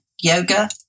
yoga